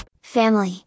Family